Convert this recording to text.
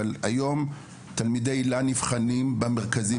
אבל היום תלמידי היל"ה נבחנים במרכזים,